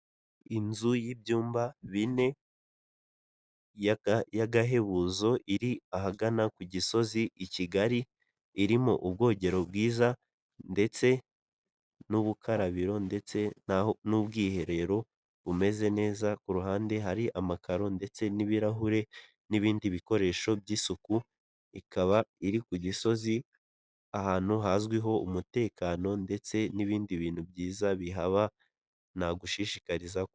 Inzu y'ibyumba bine y'agahebuzo iri ahagana ku gisozi I kigali irimo ubwogero bwiza ndetse n'ubukarabiro ndetse n'ubwiherero bumeze neza ku ruhande hari amakaro ndetse n'ibirahure n'ibindi bikoresho by'isuku ,ikaba iri ku gisozi ahantu hazwiho umutekano ndetse n'ibindi bintu byiza bihaba nagushishikariza .